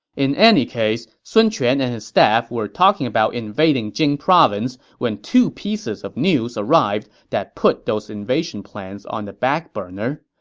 in any case, sun quan and his staff were talking about invading jing province when two pieces of news arrived that put those invasion plans on the backburner.